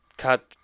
cut